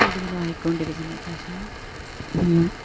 കൂടുതലുമായിക്കൊണ്ടിരിക്കുന്നത് പക്ഷെ